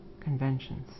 conventions